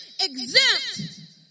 exempt